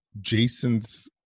Jason's